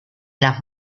las